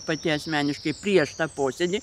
pati asmeniškai prieš tą posėdį